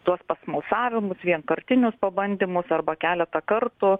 tuos pasmalsavimus vienkartinius pabandymus arba keletą kartų